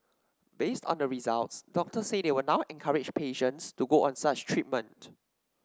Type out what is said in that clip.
based on the results doctors say they will now encourage patients to go on such treatment